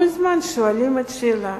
כל הזמן שואלים את השאלה: